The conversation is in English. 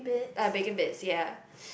ah bacon bits ya